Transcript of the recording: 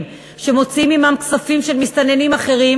שמוציאים עמם כספים של מסתננים אחרים,